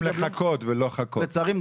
לצערי,